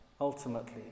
ultimately